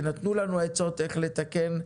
שנתנו לנו עצות איך לתקן,